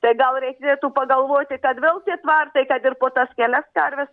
tai gal reikėtų pagalvoti kad vėl tie tvartai kad ir po tas kelias karves